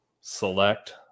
select